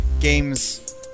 games